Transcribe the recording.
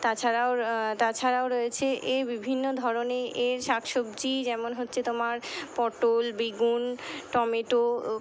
তাছাড়াও তাছাড়াও রয়েছে এ বিভিন্ন ধরনের এর শাক সবজি যেমন হচ্ছে তোমার পটল বেগুন টমেটো